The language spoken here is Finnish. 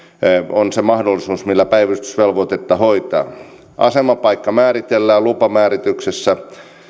on se mahdollisuus millä päivystysvelvoitetta hoitaa asemapaikka määritellään lupamäärityksessä